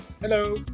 Hello